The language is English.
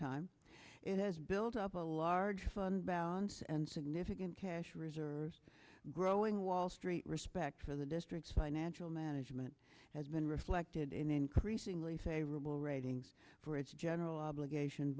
time it has built up a large balance and significant cash reserves growing wall street respect for the district's financial management has been reflected in increasingly favorable ratings for its general obligation